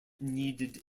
needed